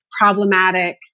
problematic